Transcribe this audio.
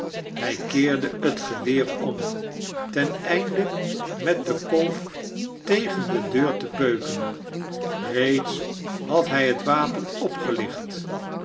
hij keerde het geweeir om tetieinde met de kolf tegen de deur te beuken reeds had hij liet wapen opgelicht